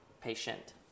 patient